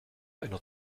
einer